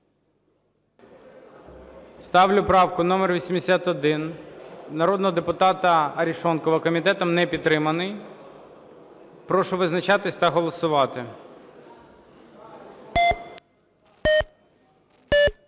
Ставлю правку номер 81 народного депутата Арешонкова. Комітетом не підтримана. Прошу визначатись та голосувати.